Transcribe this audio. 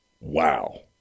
wow